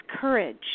courage